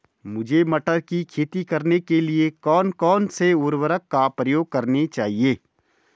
मुझे मटर की खेती करने के लिए कौन कौन से उर्वरक का प्रयोग करने चाहिए?